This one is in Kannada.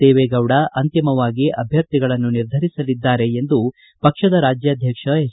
ದೇವೇಗೌಡ ಅಂತಿಮವಾಗಿ ಅಭ್ಯರ್ಥಿಗಳನ್ನು ನಿರ್ಧರಿಸಲಿದ್ದಾರೆ ಎಂದು ಪಕ್ಷದ ರಾಜ್ಯಾಧ್ಯಕ್ಷ ಎಚ್